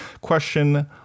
question